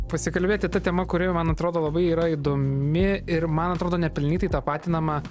pasikalbėti ta tema kuri man atrodo labai yra įdomi ir man atrodo nepelnytai tapatinama